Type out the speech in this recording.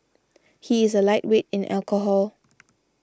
he is a lightweight in alcohol